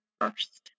first